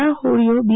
આ હોડીઓ બી